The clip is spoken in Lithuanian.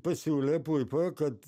pasiūlė puipa kad